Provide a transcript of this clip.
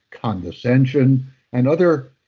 condescension and other,